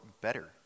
better